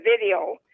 video